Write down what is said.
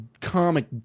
comic